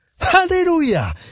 hallelujah